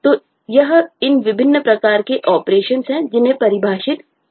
तो यह इन विभिन्न प्रकार के ऑपरेशन हैं जिन्हें परिभाषित किया गया है